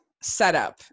setup